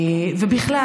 בכלל,